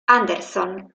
anderson